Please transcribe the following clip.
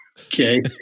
Okay